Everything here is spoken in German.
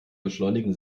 beschleunigen